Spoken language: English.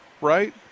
right